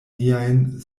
niajn